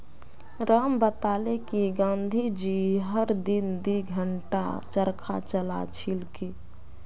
राम बताले कि गांधी जी हर दिन दी घंटा चरखा चला छिल की